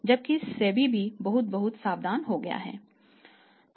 जबकि SEBI भी बहुत बहुत सावधान हो गया है